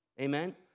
amen